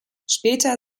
später